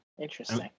Interesting